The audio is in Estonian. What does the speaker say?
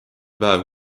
päev